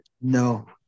No